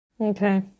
Okay